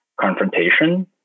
confrontation